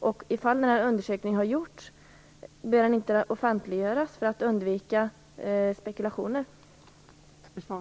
Bör inte en sådan undersökning, om det har gjorts någon, offentliggöras för att undvika spekulationer?